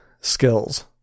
skills